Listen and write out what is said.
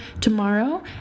tomorrow